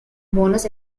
bonus